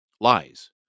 lies